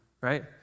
right